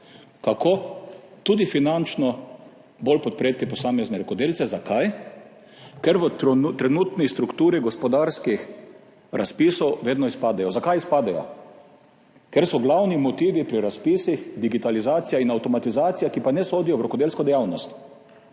kako tudi finančno bolj podpreti posamezne rokodelce. Zakaj? Ker v trenutni strukturi gospodarskih razpisov vedno izpadejo. Zakaj izpadejo? Ker sta glavna motiva pri razpisih digitalizacija in avtomatizacija, ki pa ne sodita v rokodelsko dejavnost